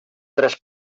tres